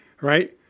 right